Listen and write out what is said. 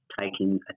taking